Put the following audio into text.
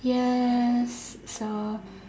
yes so